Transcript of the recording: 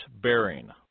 bearing